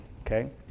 okay